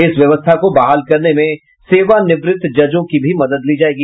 इस व्यवस्था को बहाल करने में सेवानिवृत्त जजों की भी मदद ली जायेगी